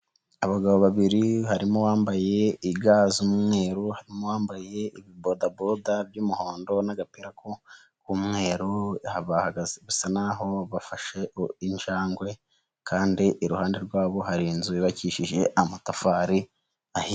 Abagabo babiri harimo uwambaye iga z'umweru, n'umbaye ibodaboda z'umuhondo n'agapira k'umweru, basa n'aho bafashe injangwe, kandi iruhande rwabo hari inzu yubakishije amatafari ahinye.